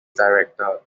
director